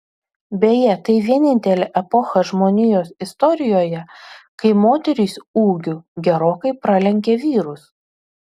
beje tai vienintelė epocha žmonijos istorijoje kai moterys ūgiu gerokai pralenkė vyrus